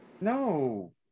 No